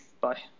Bye